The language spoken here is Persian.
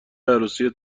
عروسی